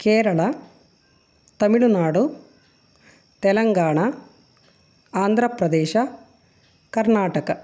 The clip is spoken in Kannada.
ಕೇರಳ ತಮಿಳ್ ನಾಡು ತೆಲಂಗಾಣ ಆಂಧ್ರ ಪ್ರದೇಶ್ ಕರ್ನಾಟಕ